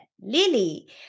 Lily